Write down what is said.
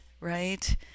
right